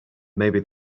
maybe